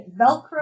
velcro